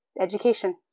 education